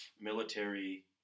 military